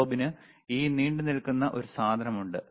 probeന് ഈ നീണ്ട നിൽക്കുന്ന ഒരു സാധനമുണ്ട്